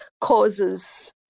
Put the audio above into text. causes